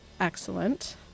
excellent